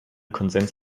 konsens